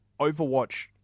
Overwatch